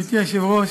גברתי היושבת-ראש,